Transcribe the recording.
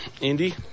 Indy